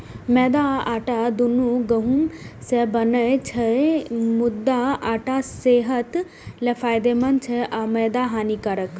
मैदा आ आटा, दुनू गहूम सं बनै छै, मुदा आटा सेहत लेल फायदेमंद छै आ मैदा हानिकारक